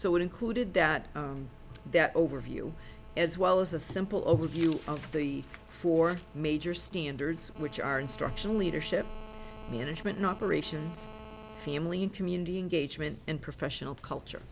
so it included that that overview as well as a simple overview of the four major standards which are instructional leadership management not peroration family and community engagement and professional culture